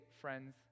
friends